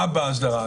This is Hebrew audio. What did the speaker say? מה באסדרה?